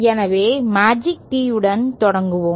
எனவே மேஜிக் Teeயுடன் தொடங்குவோம்